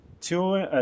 Two